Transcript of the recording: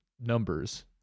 Numbers